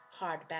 Hardback